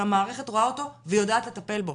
שהמערכת רואה אותו ויודעת לטפל בו,